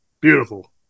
Beautiful